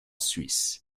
suisse